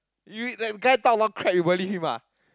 you that guy talk one crap you believe him ah